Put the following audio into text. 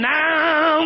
now